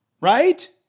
Right